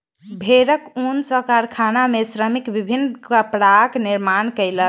भेड़क ऊन सॅ कारखाना में श्रमिक विभिन्न कपड़ाक निर्माण कयलक